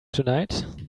tonight